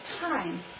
time